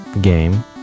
game